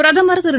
பிரதமர் திரு